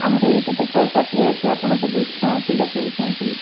ଆମର ତ ଏଇଠି ଶହେ ଷାଠିଏ ଅଛି ଆପଣ ତ ଦୁଇଶହ ଟଙ୍କା କିଲୋ କହୁଛନ୍ତି